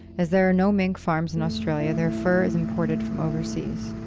as there are no mink farms in australia, their fur is imported from overseas.